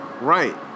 Right